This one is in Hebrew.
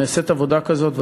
עבודה כזאת נעשית,